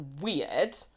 weird